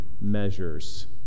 measures